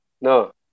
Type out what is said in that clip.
No